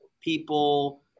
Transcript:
People